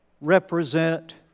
represent